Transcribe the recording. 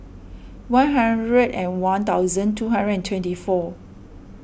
one hundred and one thousand two hundred and twenty four